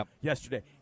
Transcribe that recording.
yesterday